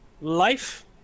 life